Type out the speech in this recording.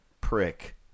prick